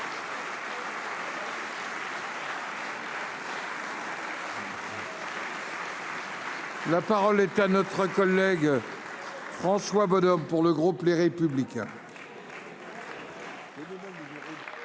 La parole est à M. François Bonhomme, pour le groupe Les Républicains.